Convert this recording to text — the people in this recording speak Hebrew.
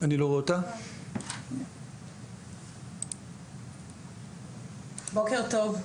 בוקר טוב.